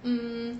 um